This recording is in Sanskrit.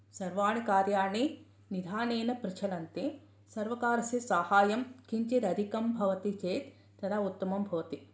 सर्वाणि कार्याणि निधानेन प्रचलन्ति सर्वकारस्य साहाय्यं किञ्चित् अधिकं भवति चेत् तदा उत्तमं भवति